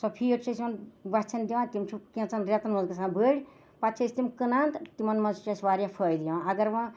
سۄ فیٖڈ چھِ أسۍ یِمَن وَژھٮ۪ن دِوان تِم چھِ کینٛژَن رٮ۪تَن منٛز گژھان بٔڑی پَتہٕ چھِ أسۍ تِم کٕنان تہٕ تِمَن منٛز چھِ اَسہِ واریاہ فٲیدٕ یِوان اگر وٕ